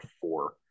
four